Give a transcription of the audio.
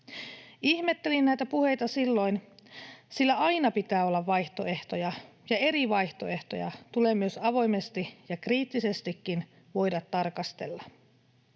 Ihmettelin näitä puheita silloin, sillä aina pitää olla vaihtoehtoja ja eri vaihtoehtoja tulee myös avoimesti ja kriittisestikin voida tarkastella.